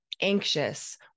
anxious